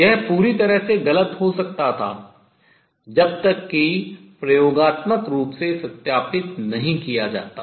यह पूरी तरह से गलत हो सकता था जब तक कि प्रयोगात्मक रूप से सत्यापित नहीं किया जाता